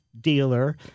dealer